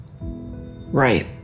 Right